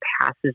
passes